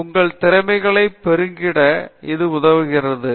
நிர்மலா உங்கள் திறமைகளை பெருக்கிட இது உதவுகிறது